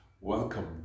welcome